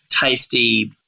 tasty